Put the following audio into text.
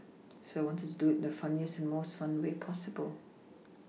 so I wanted to do it the funniest and most fun way possible